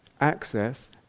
access